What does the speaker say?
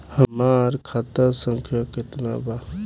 हमार खाता संख्या केतना बा?